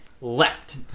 left